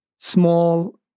small